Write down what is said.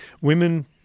Women